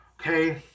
Okay